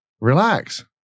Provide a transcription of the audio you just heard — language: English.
Relax